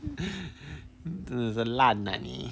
真的是烂 ah 你